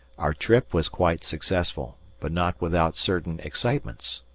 our trip was quite successful, but not without certain excitements.